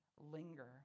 linger